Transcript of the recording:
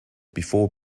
before